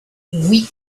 oui